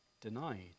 denied